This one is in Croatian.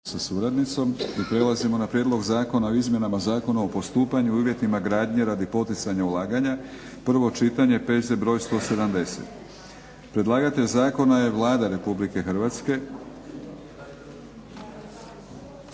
Milorad (HNS)** I prelazimo na - Prijedloga zakona o izmjenama Zakona o postupanju i uvjetima gradnje radi poticanja ulaganja, prvo čitanje PZ br. 170 Predlagatelj zakona je Vlada RH.